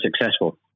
successful